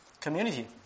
community